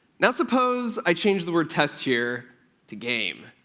now suppose i change the word test here to game,